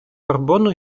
карбону